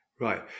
Right